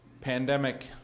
pandemic